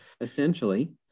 essentially